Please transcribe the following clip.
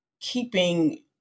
keeping